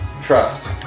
Trust